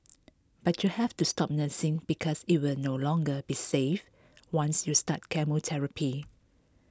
but you have to stop nursing because it will no longer be safe once you start chemotherapy